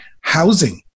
housing